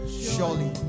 Surely